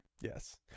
Yes